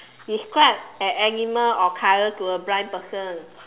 describe an animal or a colour to a blind person